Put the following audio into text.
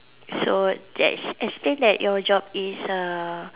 so that's it seems your job is uh